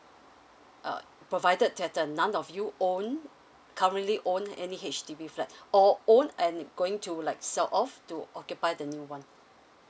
uh provided that uh none of you own currently own any H_D_B flat or own and going to like sell off to occupy the new one